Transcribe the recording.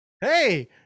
hey